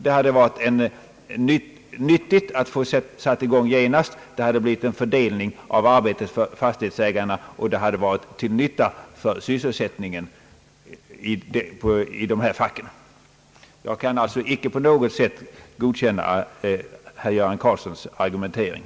Det hade varit nyttigt om sådana arbeten hade kunnat sättas i gång genast. Det hade blivit en fördelning av arbetet för fastighetsägarna, och det hade varit till nytta för sysselsättningen i respektive fack. Jag kan alltså icke på något sätt godkänna herr Göran Karlssons argumentering.